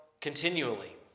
continually